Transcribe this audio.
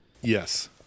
Yes